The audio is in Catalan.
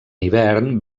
hivern